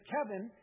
Kevin